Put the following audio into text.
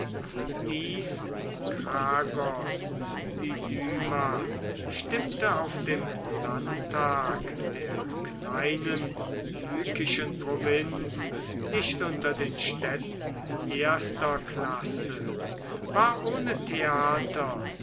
dies kragos sidyma stimmte auf dem landtag der kleinen lykischen provinz nicht unter den städten erster klasse war ohne theater